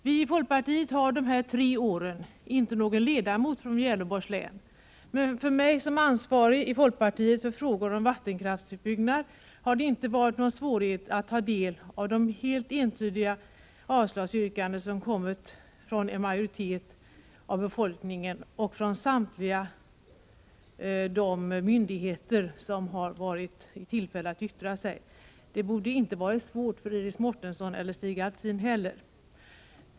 Vi i folkpartiet har under innevarande treårsperiod inte någon ledamot från Gävleborgs län, men för mig som ansvarig i folkpartiet för frågor om vattenkraftsutbyggnad har det inte varit någon svårighet att ta del av de helt entydiga avslagsyrkanden som kommit från en majoritet av befolkningen och från samtliga de myndigheter som varit i tillfälle att yttra sig. Det borde inte heller ha varit svårt att göra det för Iris Mårtensson eller Stig Alftin.